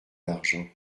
l’argent